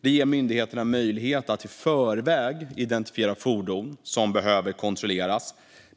Detta ger myndigheterna möjlighet att i förväg identifiera fordon som behöver kontrolleras.